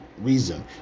reason